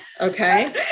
Okay